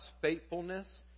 Faithfulness